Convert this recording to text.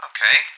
Okay